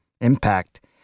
impact